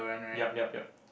yup yup yup